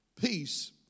peace